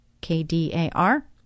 K-D-A-R